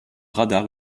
radar